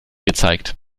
gezeigt